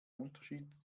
unterschied